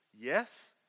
Yes